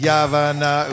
Yavana